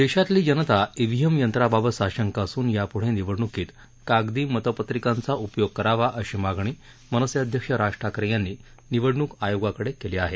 देशातली जनता ईव्हीएम यंत्राबाबत साशंक असून याप्ढे निवडणूकीत कागदी मतपत्रिकांचा उपयोग करावा अशी मागणी मनसे अध्यक्ष राज ठाकरे यांनी निवडणूक आयोगाकडे केली आहे